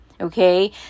okay